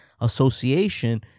association